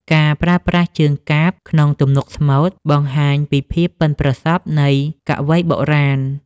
ការប្រើប្រាស់ជើងកាព្យក្នុងទំនុកស្មូត បង្ហាញពីភាពប៉ិនប្រសប់នៃកវីបុរាណ។